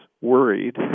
worried